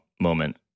moment